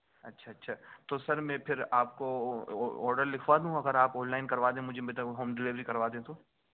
اچھا اچھا تو سر میں پھر آپ کو آڈر لکھوا دوں اگر آپ آن لائن کروا دیں مجھے مطلب ہوم ڈلیوری کروا دیں تو